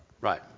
Right